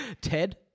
Ted